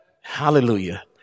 Hallelujah